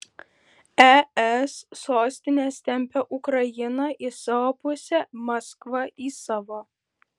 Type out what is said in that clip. es sostinės tempia ukrainą į savo pusę maskva į savo